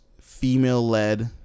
female-led